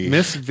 Miss